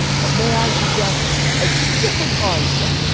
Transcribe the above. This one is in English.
but may i suggest a different mindset,